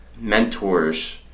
mentors